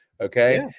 okay